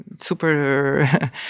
super